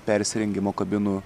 persirengimo kabinų